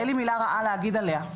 אין לי מילה רעה להגיד עליה,